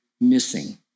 missing